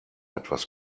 etwas